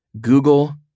Google